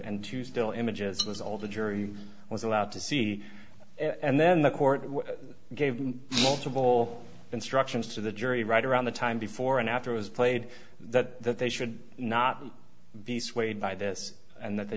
and two still images was all the jury was allowed to see and then the court gave of all instructions to the jury right around the time before and after was played that they should not be swayed by this and that they